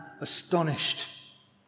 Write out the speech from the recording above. astonished